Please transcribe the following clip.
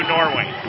Norway